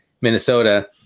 Minnesota